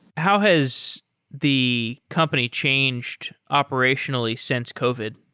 how his the company changed operationally since covid?